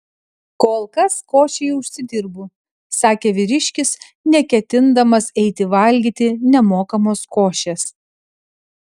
kol kas košei užsidirbu sakė vyriškis neketindamas eiti valgyti nemokamos košės